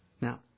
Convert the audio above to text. Now